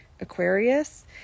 Aquarius